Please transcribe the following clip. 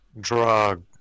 Drug